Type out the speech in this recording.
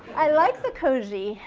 i like the cozy.